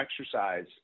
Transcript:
exercise